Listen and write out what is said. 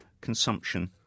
consumption